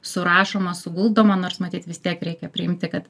surašoma suguldoma nors matyt vis tiek reikia priimti kad